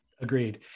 Agreed